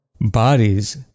bodies